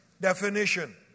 definition